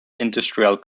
industrial